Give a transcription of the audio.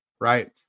right